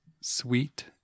sweet